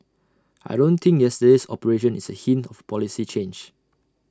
I don't think yesterday's operation is A hint of A policy change